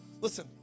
Listen